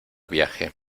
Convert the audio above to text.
viaje